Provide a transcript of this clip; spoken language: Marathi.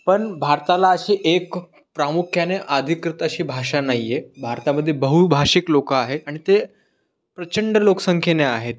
पण भारताला अशी एक प्रामुख्याने अधिकृत अशी भाषा नाही आहे भारतामध्ये बहुभाषिक लोकं आहे आणि ते प्रचंड लोकसंख्येने आहेत